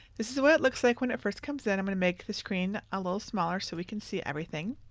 this is what it looks like when it first comes in. i'm going to make the screen a little smaller so we can see everything.